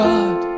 God